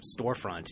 storefront